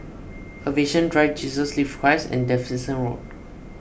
Aviation Drive Jesus Lives Church and Davidson Road